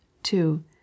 Two